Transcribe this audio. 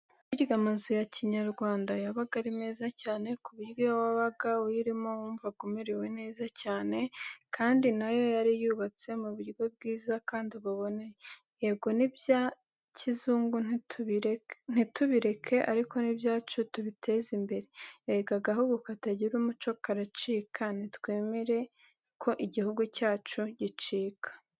Burya amazu ya Kinyarwanda yabaga ari meza cyane, ku buryo iyo wabaga uyirimo wumvaga umerewe neza cyane, kandi na yo yari yubatse mu buryo bwiza kandi buboneye. Yego n'ibya kizungu ntitubireke, ariko n'ibyacu tubiteze imbere. Erega agahugu katagira umuco karacika, ntitwemere ko igihugu cyacu gicika.